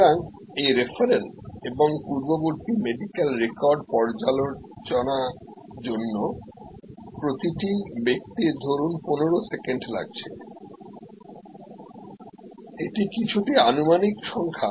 সুতরাং এই রেফারেল এবং পূর্ববর্তী মেডিকেল রেকর্ড পর্যালোচনার জন্য প্রতিটি ব্যক্তির ধরুন 15 সেকেন্ড লাগছে এটি কিছুটা অনুমানিক সংখ্যা